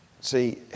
See